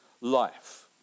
life